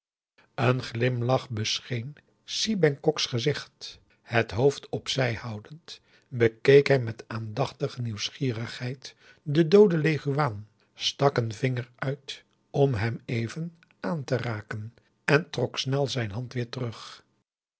een glimlach bescheen si bengkoks gezicht het hoofd op zij houdend bekeek hij met aandachtige nieuwsgierigheid den dooden leguaan stak een vinger uit om hem even aan te raken en trok snel zijn hand weer terug